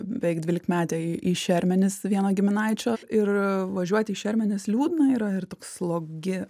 beveik dvylikmete į į šermenis vieno giminaičio ir važiuoti į šermenis liūdna yra ir toks slogi